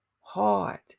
hard